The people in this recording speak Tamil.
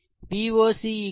Voc 1